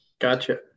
Gotcha